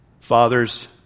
fathers